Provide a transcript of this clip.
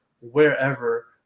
wherever